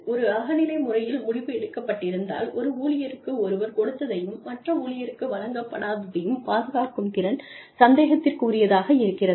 ஒரு அகநிலை முறையில் முடிவு எடுக்கப்பட்டிருந்தால் ஒரு ஊழியருக்கு ஒருவர் கொடுத்ததையும் மற்ற ஊழியருக்கு வழங்கப்படாததையும் பாதுகாக்கும் திறன் சந்தேகத்திற்கு உரியதாக இருக்கிறது